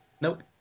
nope